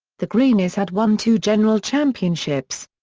the greenies had won two general championships.